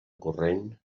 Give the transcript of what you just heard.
corrent